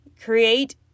create